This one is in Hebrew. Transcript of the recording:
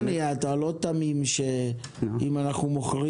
דני, אתה לא תמים שאם אנחנו מוכרים